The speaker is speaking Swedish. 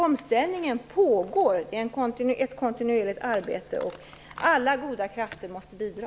Omställningen pågår som sagt. Det är ett kontinuerligt arbete där alla goda krafter måste bidra.